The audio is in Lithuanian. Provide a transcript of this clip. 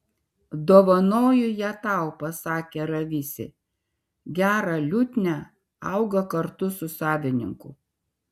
dovanoju ją tau pasakė ravisi gera liutnia auga kartu su savininku